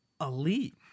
elite